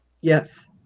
Yes